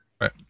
Right